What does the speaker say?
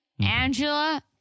Angela